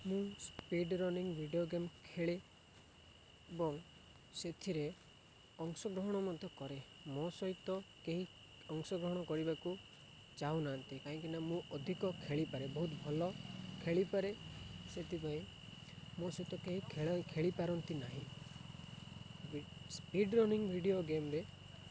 ମୁଁ speed running video game ଖେଳେ ଏବଂ ସେଥିରେ ଅଂଶଗ୍ରହଣ ମଧ୍ୟ କରେ ମୋ ସହିତ କେହି ଅଂଶଗ୍ରହଣ କରିବାକୁ ଚାହୁଁନାହାନ୍ତି କାହିଁକିନା ମୁଁ ଅଧିକ ଖେଳିପାରେ ବହୁତ ଭଲ ଖେଳିପାରେ ସେଥିପାଇଁ ମୋ ସହିତ କେହି ଖେ ଖେଳିପାରନ୍ତି ନାହିଁ ସ୍ପିଡ଼ ରନିଂ ଭିଡ଼ିଓ ଗେମ୍ରେ